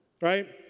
right